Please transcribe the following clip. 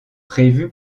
prévu